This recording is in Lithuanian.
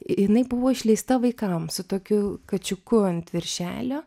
jinai buvo išleista vaikams su tokiu kačiuku ant viršelio